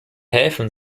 häfen